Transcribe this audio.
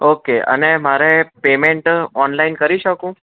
okay અને મારે payment online કરી શકું